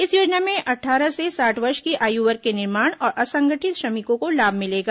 इस योजना में अट्ठारह से साठ वर्ष की आयु वर्ग के निर्माण और असंगठित श्रमिकों को लाभ मिलेगा